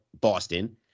Boston